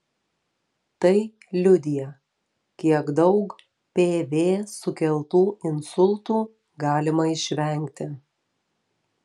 tai liudija kiek daug pv sukeltų insultų galima išvengti